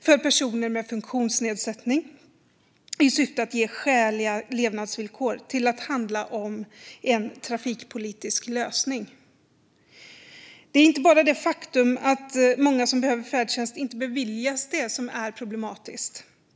för personer med funktionsnedsättning i syfte att ge skäliga levnadsvillkor till att handla om en trafikpolitisk lösning. Det är inte bara det faktum att många som behöver färdtjänst inte beviljas det som är problematiskt.